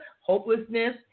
hopelessness